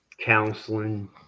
counseling